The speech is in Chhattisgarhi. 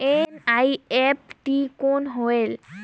एन.ई.एफ.टी कौन होएल?